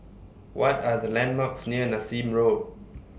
What Are The landmarks near Nassim Road